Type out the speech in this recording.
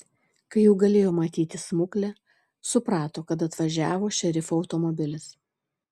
kai jau galėjo matyti smuklę suprato kad atvažiavo šerifo automobilis